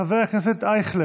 חבר הכנסת אייכלר,